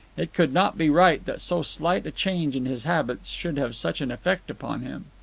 it could not be right that so slight a change in his habits should have such an effect upon him.